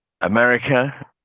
America